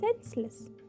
senseless